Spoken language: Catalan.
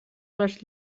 les